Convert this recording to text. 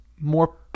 more